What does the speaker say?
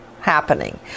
happening